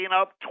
up